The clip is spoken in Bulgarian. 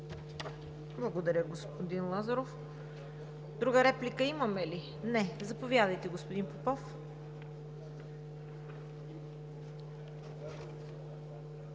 Благодаря, господин Лазаров. Друга реплика има ли? Не. Заповядайте, господин Попов.